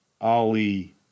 Ali